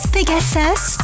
Pegasus